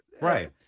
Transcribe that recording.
right